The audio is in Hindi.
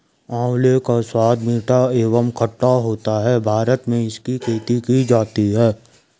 आंवले का स्वाद मीठा एवं खट्टा होता है भारत में इसकी खेती की जाती है